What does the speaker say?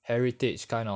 heritage kind of